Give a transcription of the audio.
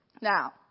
Now